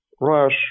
rush